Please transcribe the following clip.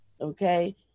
okay